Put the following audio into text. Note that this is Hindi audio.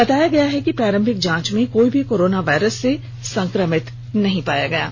बताया गया है कि प्रारंभिक जांच में कोई भी कोरोना वायरस से संक्रमित नहीं पाया गया है